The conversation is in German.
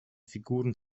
figuren